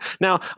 Now